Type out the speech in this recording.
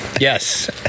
yes